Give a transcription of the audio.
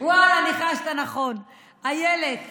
אילת שקד.